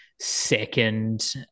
second